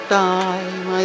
time